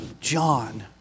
John